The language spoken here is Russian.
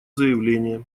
заявление